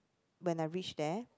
when I reach there